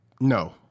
no